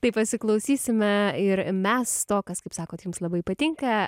tai pasiklausysime ir mes to kas sakot jums labai patinka